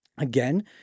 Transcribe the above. Again